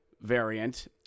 variant